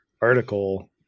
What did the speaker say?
article